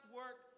work